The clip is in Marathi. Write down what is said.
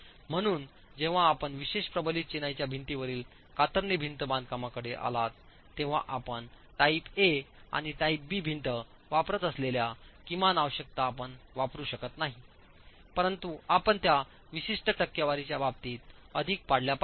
म्हणून जेव्हा आपण विशेष प्रबलित चिनाईच्या भिंतीवरील कातरणे भिंत बांधकामाकडे आलात तेव्हा आपण टाइप ए आणि टाइप बी भिंत वापरत असलेल्या किमान आवश्यकता आपण वापरु शकत नाही परंतु आपण त्या विशिष्ट टक्केवारीच्या बाबतीत अधिक पाळल्या पाहिजेत